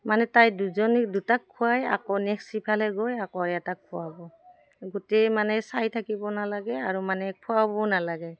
মানে তাই দুজনী দুটাক খোৱাই আকৌ নেক্সট সিফালে গৈ আকৌ এটাক খোৱাব গোটেই মানে চাই থাকিব নালাগে আৰু মানে খোৱাবও নালাগে